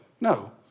No